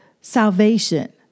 salvation